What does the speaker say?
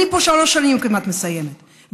אני כמעט שלוש שנים מסיימת פה,